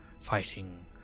fighting